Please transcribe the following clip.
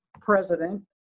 president